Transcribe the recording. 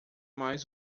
mais